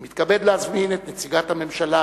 אני מתכבד להזמין את נציגת הממשלה,